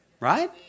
Right